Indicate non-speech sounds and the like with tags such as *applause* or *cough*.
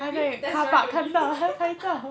mauve test drive only *laughs*